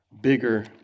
bigger